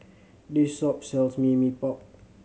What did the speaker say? this shop sells mee Mee Pok